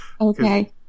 Okay